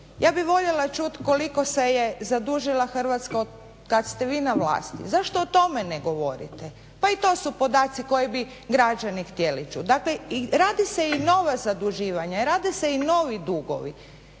Ja bih voljela čuti koliko se je zadužila Hrvatska otkad ste vi na vlasti. Zašto o tome ne govorite? Pa i to su podaci koje bi građani htjeli čuti. Dakle, rade se i nova zaduživanja, rade se i novi dugovi.